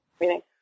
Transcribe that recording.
meeting